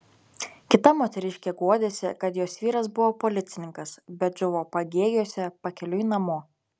kita moteriškė guodėsi kad jos vyras buvo policininkas bet žuvo pagėgiuose pakeliui namo